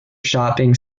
shopping